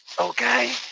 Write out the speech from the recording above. Okay